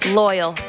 loyal